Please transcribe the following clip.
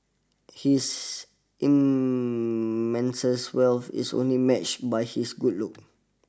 his immense wealth is only matched by his good looks